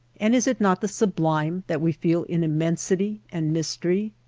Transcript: and is it not the sublime that we feel in immensity and mystery?